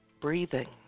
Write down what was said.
breathing